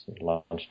launched